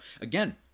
again